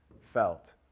felt